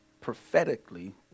prophetically